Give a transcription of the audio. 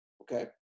Okay